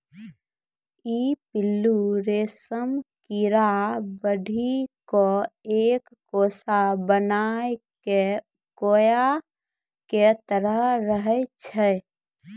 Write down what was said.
ई पिल्लू रेशम कीड़ा बढ़ी क एक कोसा बनाय कॅ कोया के तरह रहै छै